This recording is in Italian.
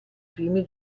primi